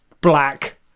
black